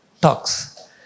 talks